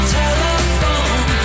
telephone